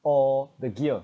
or the gear